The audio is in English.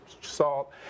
salt